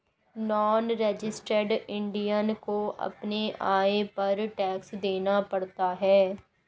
non resident Indian को अपने आय पर टैक्स देना पड़ता है